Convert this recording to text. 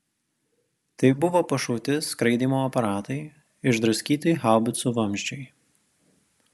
tai buvo pašauti skraidymo aparatai išdraskyti haubicų vamzdžiai